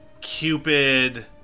cupid